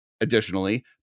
additionally